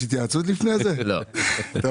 אנחנו